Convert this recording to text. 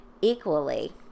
equally